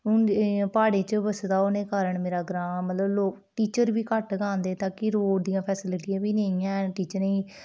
हून प्हाड़ें च बसदा होने कारण मेरा ग्रांऽ मतलब लोक टीचर बी घट्ट गै आंदे ताकि रोड़ दी फेस्लिटियां नेईं हैन टीचरें गी